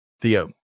Theo